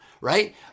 Right